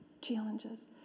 challenges